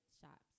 shops